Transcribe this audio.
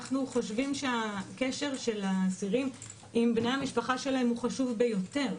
אנחנו חושבים שהקשר של האסירים עם בני המשפחה שלהם הוא חשוב ביותר.